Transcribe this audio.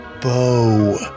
BOW